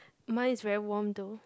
mine is very warm though